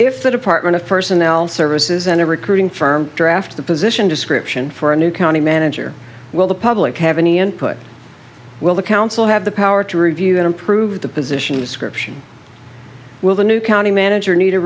if the department of personnel services and a recruiting firm draft the position description for a new county manager will the public have any input will the council have the power to review and approve the positions scription will the new county manager need a